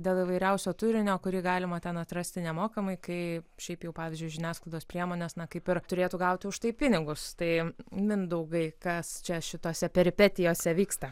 dėl įvairiausio turinio kurį galima ten atrasti nemokamai kai šiaip jau pavyzdžiui žiniasklaidos priemonės na kaip ir turėtų gauti už tai pinigus tai mindaugai kas čia šitose peripetijose vyksta